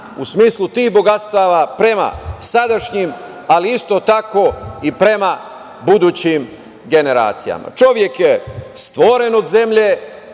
u smislu tih bogatstava prema sadašnjim, ali isto tako i prema budućim genracijama. Čovek je stvoren od zemlje